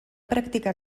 practicar